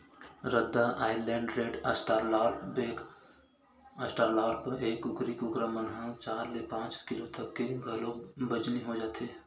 रद्दा Island red, Australorp, black Australorp, ए कुकरी कुकरा मन ह चार ले पांच किलो तक के घलोक बजनी हो जाथे